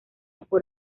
por